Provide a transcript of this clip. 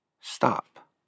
stop